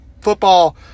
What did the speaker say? football